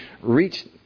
reach